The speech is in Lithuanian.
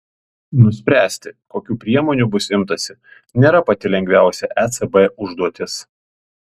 nuspręsti kokių priemonių bus imtasi nėra pati lengviausia ecb užduotis